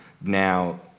now